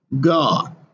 God